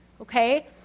Okay